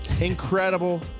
Incredible